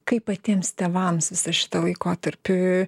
kaip patiems tėvams visą šitą laikotarpį